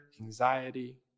anxiety